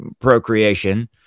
procreation